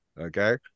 Okay